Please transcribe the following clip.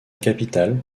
capitale